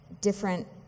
different